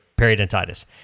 periodontitis